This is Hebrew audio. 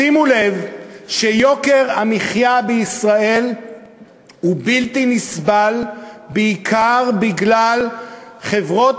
שימו לב שיוקר המחיה בישראל הוא בלתי נסבל בעיקר בגלל חברות